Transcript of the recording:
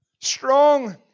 strong